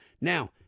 Now